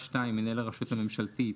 מנהל הרשות הממשלתית,